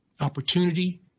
opportunity